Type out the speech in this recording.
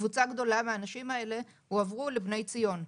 קבוצה גדולה מהאנשים האלה הועברו ל- "בני ציון".